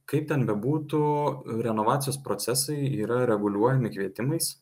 kaip ten bebūtų renovacijos procesai yra reguliuojami kvietimais